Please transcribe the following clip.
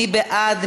מי בעד?